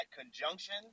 conjunction